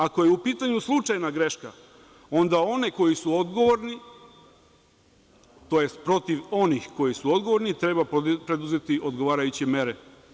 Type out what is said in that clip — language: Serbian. Ako je u pitanju slučajna greška, onda one koji su odgovorni, tj. protiv onih koji su odgovorni treba preduzeti odgovarajuće mere.